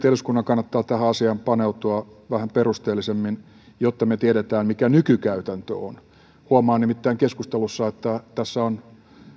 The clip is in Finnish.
eduskunnan kannattaa tähän asiaan paneutua vähän perusteellisemmin jotta me tiedämme mikä nykykäytäntö on huomaan nimittäin keskustelussa että tässä on